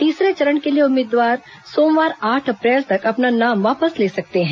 तीसरे चरण के लिए उम्मीदवार सोमवार आठ अप्रैल तक अपना नाम वापस ले सकते हैं